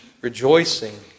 rejoicing